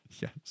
Yes